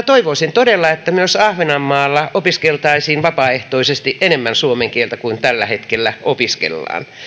toivoisin todella että myös ahvenanmaalla opiskeltaisiin vapaaehtoisesti enemmän suomen kieltä kuin tällä hetkellä opiskellaan